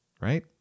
right